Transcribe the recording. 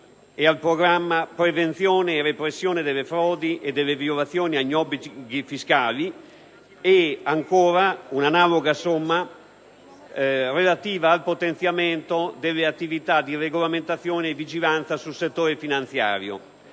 al programma «Prevenzione e repressione delle frodi e delle violazioni agli obblighi fiscali» e, ancora, un'analoga somma per il potenziamento delle attività relative al programma «Regolamentazione e vigilanza sul settore finanziario».